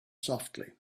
softly